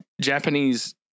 Japanese